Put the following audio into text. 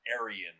Aryan